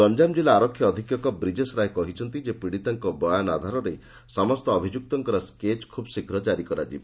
ଗଞ୍ଞାମ କିଲ୍ଲା ଆରକ୍ଷୀ ଅଧୀକ୍ଷକ ବ୍ରିଜେଶ ରାୟ କହିଛନ୍ତି ଯେ ପୀଡିତାଙ୍କ ବୟାନ ଆଧାରରେ ସମସ୍ତ ଅଭିଯୁକ୍ତଙ୍କ ସ୍କେଚ୍ ଖୁବ୍ ଶୀଘ୍ର ଜାରି କରାଯିବ